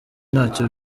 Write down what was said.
ntacyo